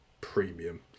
premium